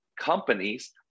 companies